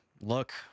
Look